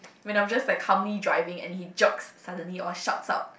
when I'm just like calmly driving and he jerks suddenly or shouts out